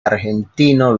argentino